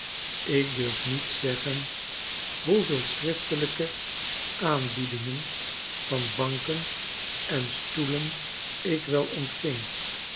ik durf niet zeggen hoeveel schriftelijke aanbiedingen van banken en stoelen ik wel ontving